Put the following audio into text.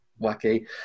wacky